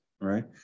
right